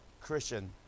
Christian